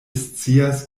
scias